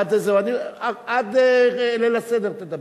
עד ליל הסדר תדבר.